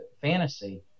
fantasy